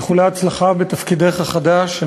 איחולי הצלחה בתפקידך החדש.